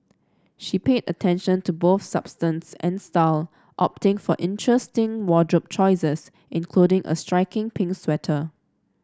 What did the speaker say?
she paid attention to both substance and style opting for interesting wardrobe choices including a striking pink sweater